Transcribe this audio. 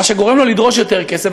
מה שגורם להם לדרוש יותר כסף.